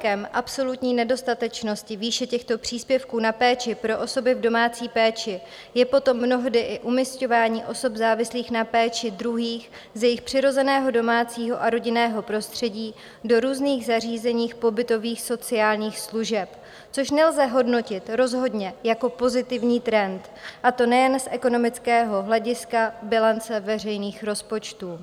Důsledkem absolutní nedostatečnosti výše těchto příspěvků na péči pro osoby v domácí péči je potom mnohdy i umisťování osob závislých na péči druhých z jejich přirozeného domácího a rodinného prostředí do různých zařízení pobytových sociálních služeb, což nelze hodnotit rozhodně jako pozitivní trend, a to nejen z ekonomického hlediska bilance veřejných rozpočtů.